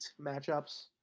matchups